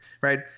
Right